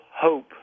hope